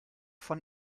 von